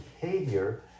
behavior